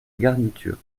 garniture